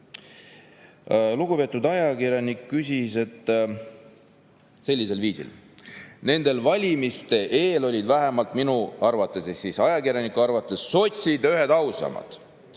Lugupeetud ajakirjanik küsis sellisel viisil: "Nende valimiste eel olid vähemalt minu arvates (Ehk siis ajakirjaniku arvates. – L. L.) sotsid ühed ausamad.